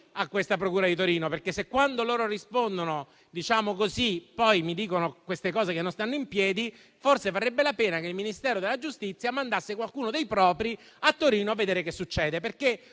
alla procura di Torino, perché se quando loro rispondono poi mi dicono queste cose che non stanno in piedi, forse varrebbe la pena che il Ministero della giustizia mandasse qualcuno dei suoi a Torino a vedere che cosa succede, perché